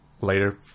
later